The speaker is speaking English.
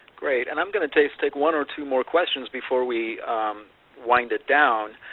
great, and i'm going to take take one or two more questions before we wind it down.